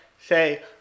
say